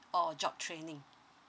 or job training